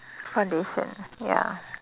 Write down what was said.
foundation ya